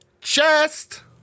Chest